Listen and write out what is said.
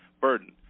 burden